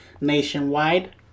nationwide